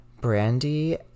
Brandy